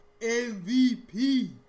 MVP